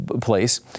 place